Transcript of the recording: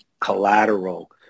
collateral